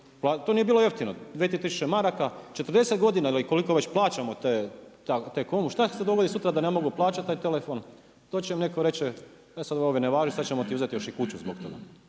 to nije bilo jeftino dvije, tri tisuće maraka, 40 godina ili koliko već plaćamo T-comu. Šta sutra kad ne mogu plaćati taj telefon? To će im netko reći e sad ovi ne važi, sad ćemo ti uzet još i kuću zbog toga.